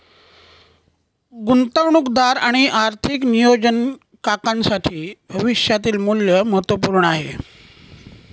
गुंतवणूकदार आणि आर्थिक नियोजन काकांसाठी भविष्यातील मूल्य महत्त्वपूर्ण आहे